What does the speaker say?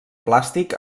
plàstic